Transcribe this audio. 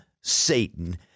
Satan